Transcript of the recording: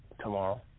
tomorrow